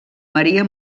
maria